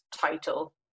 title